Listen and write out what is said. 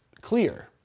clear